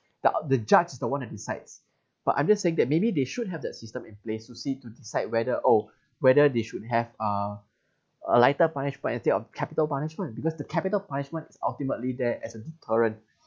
the uh judge is the one that decides but I'm just saying that maybe they should have that system in place to see to decide whether oh whether they should have uh a lighter punishment instead of capital punishment because the capital punishment is ultimately there as a deterrent